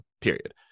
period